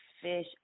fish